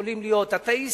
שיכולים להיות אתיאיסטים.